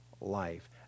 life